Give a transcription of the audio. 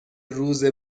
روز